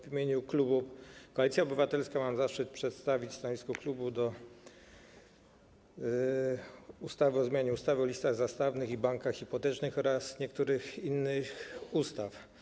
W imieniu klubu Koalicja Obywatelska mam zaszczyt przedstawić stanowisko klubu wobec ustawy o zmianie ustawy o listach zastawnych i bankach hipotecznych oraz niektórych innych ustaw.